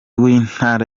w’intara